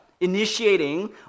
initiating